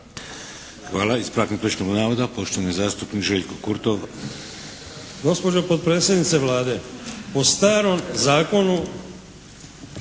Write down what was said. Hvala. Ispravak netočnog navoda poštovani zastupnik Željko Kurtov.